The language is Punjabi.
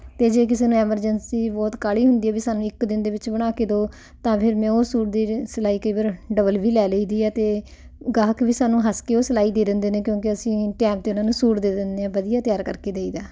ਅਤੇ ਜੇ ਕਿਸੇ ਨੂੰ ਐਮਰਜੈਂਸੀ ਬਹੁਤ ਕਾਹਲੀ ਹੁੰਦੀ ਹੈ ਵੀ ਸਾਨੂੰ ਇੱਕ ਦਿਨ ਦੇ ਵਿੱਚ ਬਣਾ ਕੇ ਦਿਓ ਤਾਂ ਫਿਰ ਮੈਂ ਉਹ ਸੂਟ ਦੀ ਸਿਲਾਈ ਕਈ ਵਾਰ ਡਬਲ ਵੀ ਲੈ ਲਈ ਦੀ ਆ ਅਤੇ ਗਾਹਕ ਵੀ ਸਾਨੂੰ ਹੱਸ ਕੇ ਉਹ ਸਿਲਾਈ ਦੇ ਦਿੰਦੇ ਨੇ ਕਿਉਂਕਿ ਅਸੀਂ ਟਾਈਮ 'ਤੇ ਉਹਨਾਂ ਨੂੰ ਸੂਟ ਦੇ ਦਿੰਦੇ ਹਾਂ ਵਧੀਆ ਤਿਆਰ ਕਰਕੇ ਦੇਈਦਾ